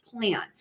plan